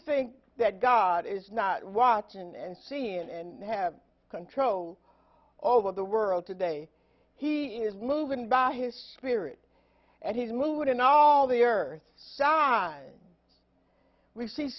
think that god is not watching and seeing and have control over the world today he is moving by his spirit and his mood and all the earth sound receive